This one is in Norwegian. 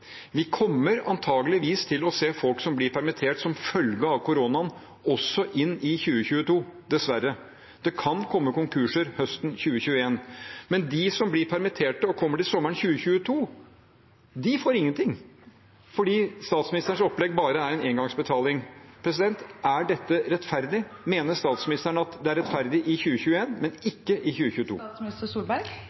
Vi kommer antageligvis til å se folk som blir permittert som følge av koronaen, også inn i 2022 – dessverre. Det kan komme konkurser høsten 2021. Men de som blir permittert og kommer til sommeren 2022, får ingenting fordi statsministerens opplegg bare er en engangsbetaling. Er dette rettferdig? Mener statsministeren at det er rettferdig i 2021, men ikke i 2022?